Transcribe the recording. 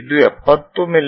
ಇದು 70 ಮಿ